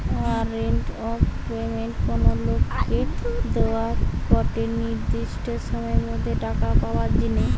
warrant of payment কোনো লোককে দোয়া গটে নির্দিষ্ট সময়ের মধ্যে টাকা পাবার জিনে